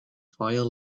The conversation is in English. fire